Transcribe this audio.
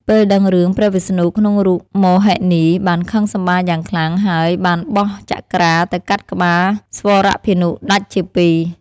ពេលដឹងរឿង ព្រះវិស្ណុក្នុងរូបមោហិនី បានខឹងសម្បារយ៉ាងខ្លាំង ហើយបានបោះ ចក្រា ទៅកាត់ក្បាលស្វរភានុដាច់ជាពីរ។